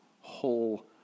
whole